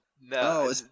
No